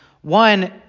One